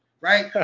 right